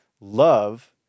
love